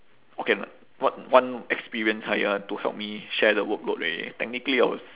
okay what one experience higher to help me share the workload already technically I was